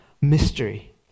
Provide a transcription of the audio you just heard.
mystery